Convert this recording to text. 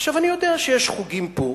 עכשיו, אני יודע שיש חוגים פה,